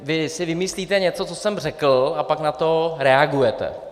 Vy si vymyslíte něco, co jsem řekl, a pak na to reagujete.